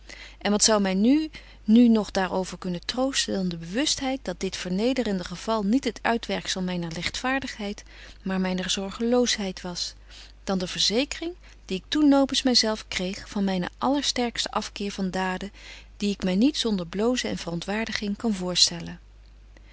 en wat zou my nu nu nog daar over kunnen troosten dan de bewustheid dat dit betje wolff en aagje deken historie van mejuffrouw sara burgerhart vernederende geval niet het uitwerkzel myner ligtvaardigheid maar myner zorgeloosheid was dan de verzekering die ik toen nopens my zelf kreeg van mynen allersterksten afkeer van daden die ik my niet zonder blozen en verontwaardiging kan voorstellen